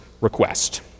request